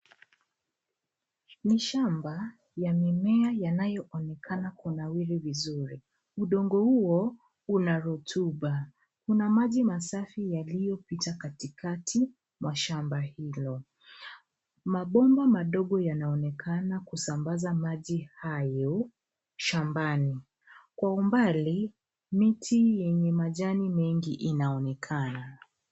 Mashamba ya mimea yanayoonekana kunawiri vizuri. Udongo huo una rotuba. Kuna maji masafi yaliyopita katikati mwa shamba hilo. Mabomba madogo yanaonekana kusambaza maji hayo shambani. Kwa umbali, miti yenye majani mengi inaonekana.